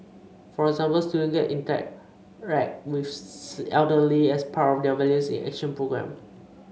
for example students get interact with the elderly as part of their Values in Action programme